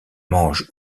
mange